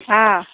অঁ